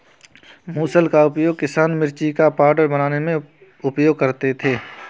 मुसल का उपयोग किसान मिर्ची का पाउडर बनाने में उपयोग करते थे